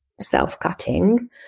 self-cutting